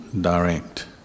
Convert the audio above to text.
direct